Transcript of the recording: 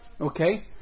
Okay